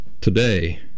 Today